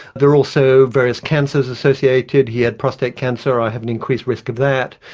there are also various cancers associated, he had prostate cancer, i have an increased risk of that.